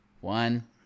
One